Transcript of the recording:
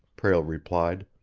prale replied.